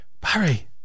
Barry